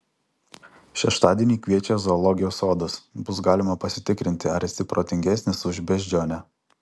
šeštadienį kviečia zoologijos sodas bus galima pasitikrinti ar esi protingesnis už beždžionę